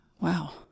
wow